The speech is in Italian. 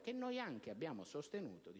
che noi anche abbiamo sostenuto